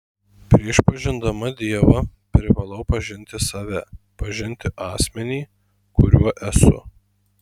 prieš pažindama dievą privalau pažinti save pažinti asmenį kuriuo esu